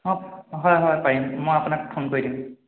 অঁ হয় হয় পাৰিম মই আপোনাক ফোন কৰি দিম